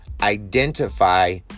identify